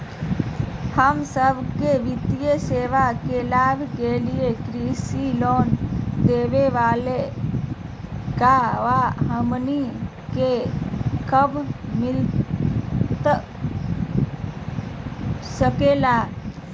हम सबके वित्तीय सेवाएं के लाभ के लिए कृषि लोन देवे लेवे का बा, हमनी के कब मिलता सके ला?